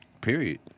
Period